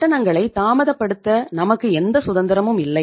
கட்டணங்களை தாமதப்படுத்த நமக்கு எந்த சுதந்திரமும் இல்லை